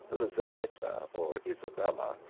elizabetta or isabella,